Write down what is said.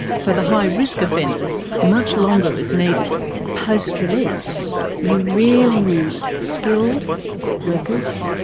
for the high risk offenders much longer is needed. post-release, you really need skilled workers,